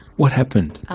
what happened?